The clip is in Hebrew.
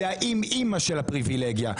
זאת האימ-אימא של הפריבילגיה.